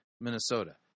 Minnesota